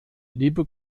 liebe